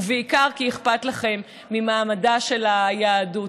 ובעיקר כי אכפת לכם ממעמדה של היהדות.